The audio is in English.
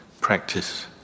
practice